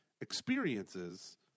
experiences